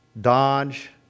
Dodge